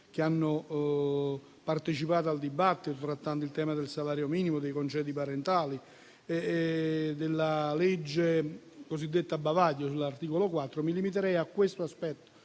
che hanno partecipato al dibattito, trattando il tema del salario minimo, dei congedi parentali e della legge cosiddetta bavaglio, mi limiterei a questo punto